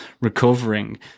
recovering